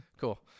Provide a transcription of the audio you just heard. cool